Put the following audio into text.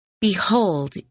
Behold